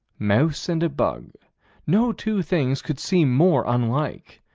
mouse and a bug no two things could seem more unlike.